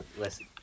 listen